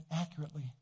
accurately